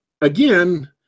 again